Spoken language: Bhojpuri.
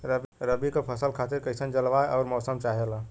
रबी क फसल खातिर कइसन जलवाय अउर मौसम चाहेला?